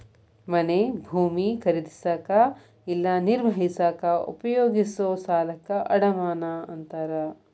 ಮನೆ ಭೂಮಿ ಖರೇದಿಸಕ ಇಲ್ಲಾ ನಿರ್ವಹಿಸಕ ಉಪಯೋಗಿಸೊ ಸಾಲಕ್ಕ ಅಡಮಾನ ಅಂತಾರ